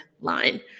line